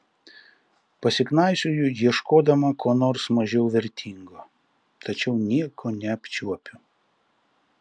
pasiknaisioju ieškodama ko nors mažiau vertingo tačiau nieko neapčiuopiu